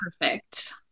perfect